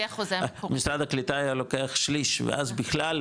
משרד הקליטה היה לוקח שליש ואז בכלל,